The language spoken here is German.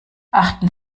achten